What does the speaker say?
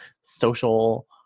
social